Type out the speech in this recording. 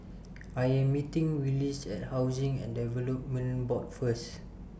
I Am meeting Willis At Housing and Development Board First